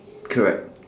correct